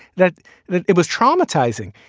that that it was traumatizing,